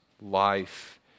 life